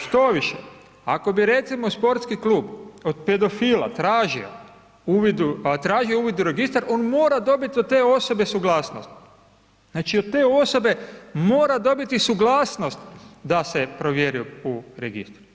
Štoviše, ako bi recimo sportski klub od pedofila tražio uvid u registar on mora dobiti od te od te osobe suglasnost, znači od te osobe mora dobiti suglasnost da se provjeri u registru.